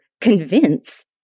convince